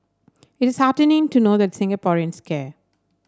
it is heartening to know that Singaporeans care